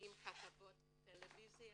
שומעים כתבות בטלוויזיה,